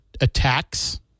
attacks